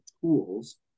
tools